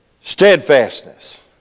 Steadfastness